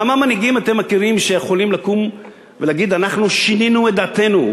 כמה מנהיגים אתם מכירים שיכולים לקום ולהגיד: אנחנו שינינו את דעתנו?